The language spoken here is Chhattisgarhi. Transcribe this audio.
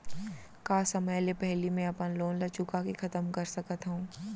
का समय ले पहिली में अपन लोन ला चुका के खतम कर सकत हव?